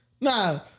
nah